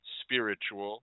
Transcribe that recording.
spiritual